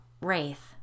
Wraith